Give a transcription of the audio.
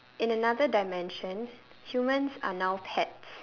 in another dimension humans are now pets